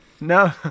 No